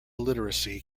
literacy